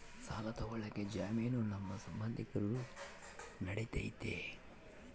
ಸಾಲ ತೊಗೋಳಕ್ಕೆ ಜಾಮೇನು ನಮ್ಮ ಸಂಬಂಧಿಕರು ನಡಿತೈತಿ?